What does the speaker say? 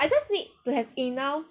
I just need to have enough